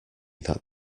that